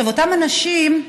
אותם אנשים,